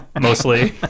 mostly